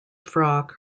frock